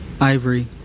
ivory